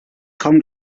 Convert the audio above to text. kommen